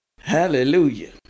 Hallelujah